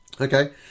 Okay